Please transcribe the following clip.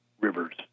rivers